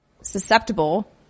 susceptible